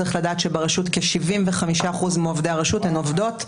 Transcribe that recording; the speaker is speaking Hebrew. צריך לדעת שברשות כ-75% מעובדי הרשות הן עובדות.